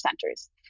centers